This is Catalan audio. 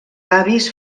avis